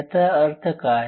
याचा अर्थ काय